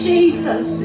Jesus